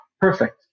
perfect